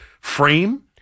frame